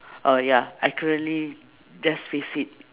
uh ya I currently just face it